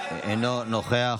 אינו נוכח.